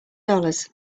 dollars